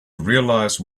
realize